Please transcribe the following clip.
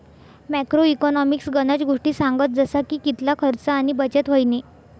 macro economics गनज गोष्टी सांगस जसा की कितला खर्च आणि बचत व्हयनी